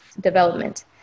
development